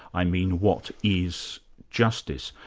i mean what is justice?